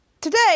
Today